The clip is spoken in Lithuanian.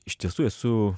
iš tiesų esu